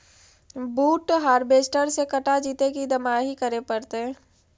बुट हारबेसटर से कटा जितै कि दमाहि करे पडतै?